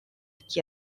qui